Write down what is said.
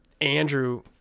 Andrew